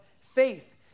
faith